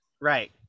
Right